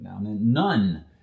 none